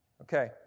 Okay